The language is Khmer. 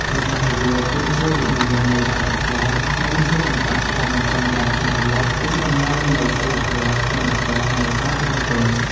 ប៉ុន្តែវាគឺជាវិញ្ញាណនៃវប្បធម៌ និងជាកញ្ចក់ឆ្លុះបញ្ចាំងយ៉ាងច្បាស់លាស់ពីតម្លៃនៃសីលធម៌ គុណធម៌ និងការដឹងគុណ។